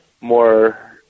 more